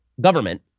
government